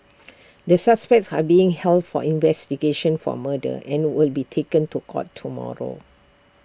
the suspects are being held for investigations for murder and will be taken to court tomorrow